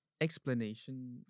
explanation